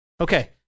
Okay